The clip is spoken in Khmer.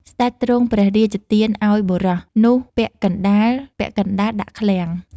ស្តេចទ្រង់ព្រះរាជទានឱ្យបុរស នោះពាក់កណ្ដាលៗដាក់ឃ្លាំង។